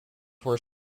were